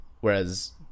Whereas